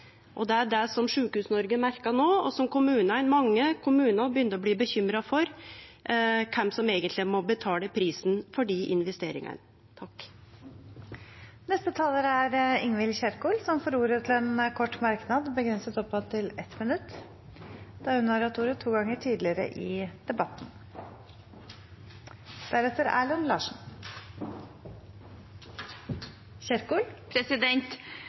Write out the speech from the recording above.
dei investeringane? Det er det Sjukehus-Noreg merkar no, og mange kommunar begynner å bli bekymra for kven som eigentleg må betale prisen for dei investeringane. Representanten Ingvild Kjerkol har hatt ordet to ganger tidligere og får ordet til en kort merknad, begrenset til 1 minutt.